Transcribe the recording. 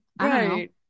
Right